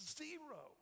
zero